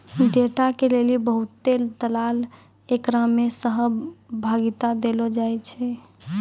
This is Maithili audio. डेटा के लेली बहुते दलाल एकरा मे सहभागिता देलो जाय छै